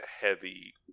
heavy